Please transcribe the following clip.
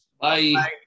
Bye